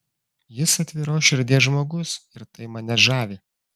jis atviros širdies žmogus ir tai mane žavi